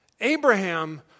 Abraham